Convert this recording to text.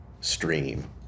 stream